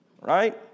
Right